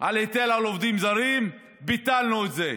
על היטל על עובדים זרים, ביטלנו את זה,